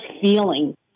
feeling